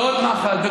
ועוד מח"ל,